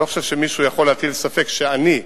אני לא חושב שמישהו יכול להטיל ספק שאני,